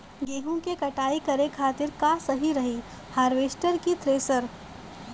गेहूँ के कटाई करे खातिर का सही रही हार्वेस्टर की थ्रेशर?